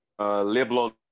Leblon